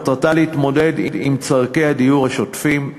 מטרתה להתמודד עם צורכי הדיור השוטפים.